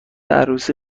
عروسی